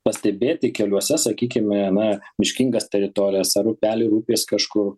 pastebėti keliuose sakykime na miškingas teritorijas ar upeliai ir upės kažkur